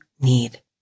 need